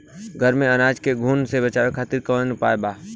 घर में अनाज के घुन से बचावे खातिर कवन उपाय बा?